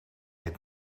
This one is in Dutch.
het